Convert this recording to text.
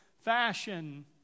fashion